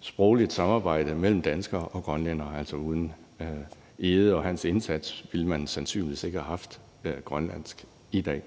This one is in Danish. sprogligt samarbejde mellem danskere og grønlændere. Altså, uden Hans Egedes indsats ville man nok ikke have haft grønlandsk i dag.